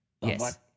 Yes